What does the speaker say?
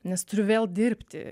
nes turiu vėl dirbti